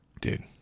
dude